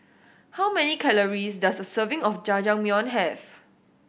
how many calories does a serving of Jajangmyeon have